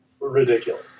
ridiculous